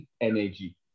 energy